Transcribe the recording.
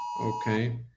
Okay